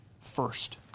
First